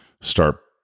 start